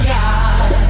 God